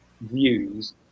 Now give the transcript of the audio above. views